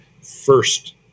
first